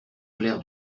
clair